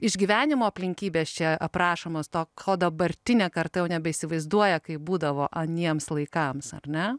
išgyvenimo aplinkybės čia aprašomos to ko dabartinė karta jau nebeįsivaizduoja kaip būdavo aniems laikams ar ne